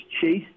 chase